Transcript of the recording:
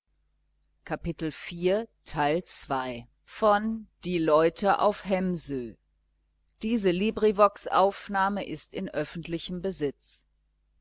bauer auf hemsö und